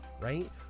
right